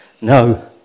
No